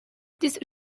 these